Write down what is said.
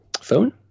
phone